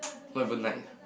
not even night